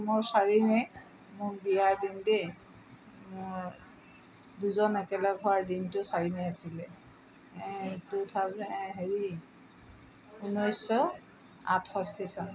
মোৰ চাৰি মে' মোৰ বিয়াৰ দিন দেই মোৰ দুজন একেলগ হোৱাৰ দিনটো চাৰি মে' আছিলে এই টু থাউজেণ হেৰি ঊনৈছশ আঠষষ্ঠি চন